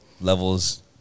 levels